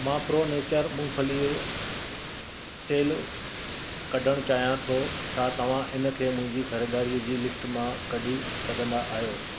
मां pro nature मूंगफलीअ तेलु कढण चाहियां थो छा तव्हां हिनखे मुंहिंजी ख़रीदारीअ जी लिस्ट मां कढी सघंदा आहियो